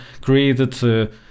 created